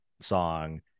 song